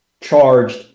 charged